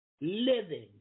living